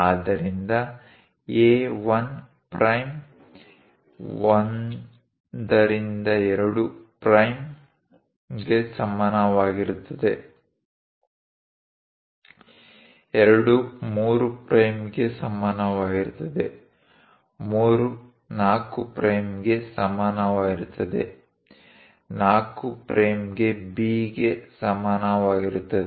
ಆದ್ದರಿಂದ A 1 prime 1 2 ಪ್ರೈಮ್ಗೆ ಸಮಾನವಾಗಿರುತ್ತದೆ 2 3 ಪ್ರೈಮ್ಗೆ ಸಮಾನವಾಗಿರುತ್ತದೆ 3 4 ಪ್ರೈಮ್ಗೆ ಸಮಾನವಾಗಿರುತ್ತದೆ 4 ಪ್ರೈಮ್ Bಗೆ ಸಮಾನವಾಗಿರುತ್ತದೆ